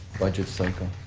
budget cycle.